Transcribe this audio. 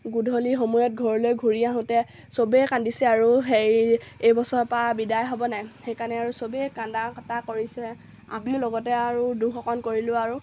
গধূলি সময়ত ঘৰলৈ ঘূৰি আহোঁতে সবেই কান্দিছে আৰু হেৰি এইবছৰৰ পৰা বিদায় হ'ব নাই সেইকাৰণে আৰু সবেই কান্দা কাটা কৰিছে আমিও লগতে আৰু দুখ অকণ কৰিলোঁ আৰু